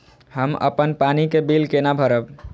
हम अपन पानी के बिल केना भरब?